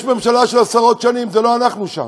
יש ממשלה של עשרות שנים, זה לא אנחנו שם.